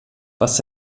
was